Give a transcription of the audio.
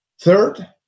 Third